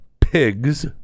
pigs